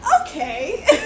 Okay